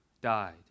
died